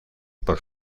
por